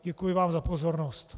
Děkuji vám za pozornost.